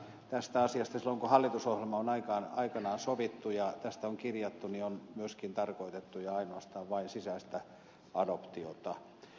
tässä asiassa silloin kun hallitusohjelma on aikanaan sovittu ja tästä on kirjattu on myöskin ainoastaan tarkoitettu sisäistä adoptiota